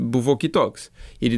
buvo kitoks ir